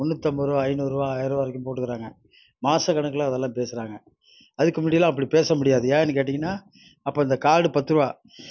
முந்நூற்றும்பது ரூபா ஐநூறுரூபா ஆயரரூபா வரைக்கும் போட்டுக்கிறாங்க மாசக் கணக்கில் அதெல்லாம் பேசுகிறாங்க அதுக்கு முன்னடிலாம் அப்படி பேச முடியாது ஏன்னு கேட்டிங்கனா அப்போ அந்த கார்டு பத்துரூபா